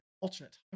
alternate